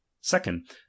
Second